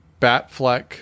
Batfleck